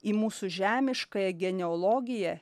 į mūsų žemiškąją genealogiją